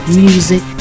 music